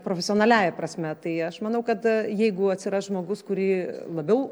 profesionaliąja prasme tai aš manau kad jeigu atsiras žmogus kurį labiau